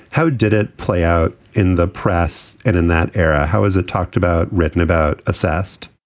how did it play out in the press and in that era? how is it talked about? written about assessed?